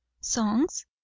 Songs